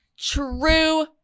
True